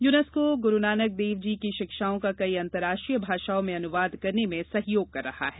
UNESCO Guru Nanak Dev ji की शिक्षाओं का कई अंतर्राष्ट्रीय भाषाओं में अनुवाद करने में सहयोग कर रहा है